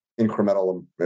incremental